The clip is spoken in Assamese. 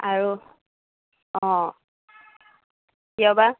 আৰু অ কিয়বা